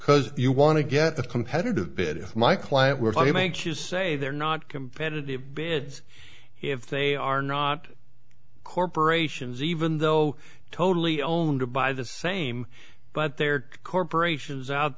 because you want to get a competitive bid if my client were to make you say they're not competitive bids if they are not corporations even though totally owned by the same but they're corporations out